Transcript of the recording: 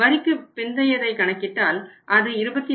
வரிக்கு பிந்தையதை கணக்கிட்டால் அது 24